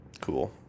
cool